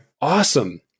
awesome